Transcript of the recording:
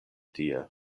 tie